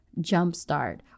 jumpstart